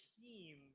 team